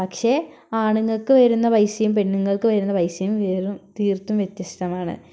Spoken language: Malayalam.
പക്ഷേ ആണുങ്ങക്ക് വരുന്ന പൈസയും പെണ്ണുങ്ങൾക്ക് വരുന്ന പൈസയും വെറും തീർത്തും വ്യത്യസ്തമാണ്